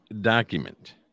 document